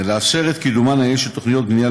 ולאפשר את קידומן היעיל של תוכניות בנייה